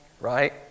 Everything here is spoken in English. Right